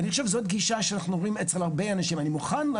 אני חושב שזאת גישה שאנחנו רואים אצל הרבה